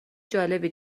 جالبی